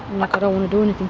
like don't wanna do